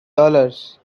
dollars